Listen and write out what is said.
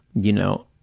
you know,